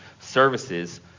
services